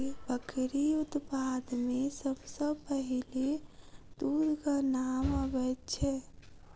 बकरी उत्पाद मे सभ सॅ पहिले दूधक नाम अबैत छै